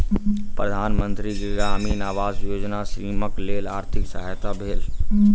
प्रधान मंत्री ग्रामीण आवास योजना श्रमिकक लेल आर्थिक सहायक भेल